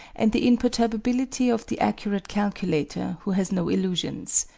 and the imperturbability of the accurate calculator who has no illusions.